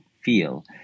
feel